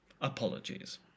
Apologies